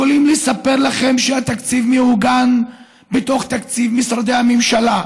יכולים לספר לכם שהתקציב מעוגן בתוך תקציב משרדי הממשלה,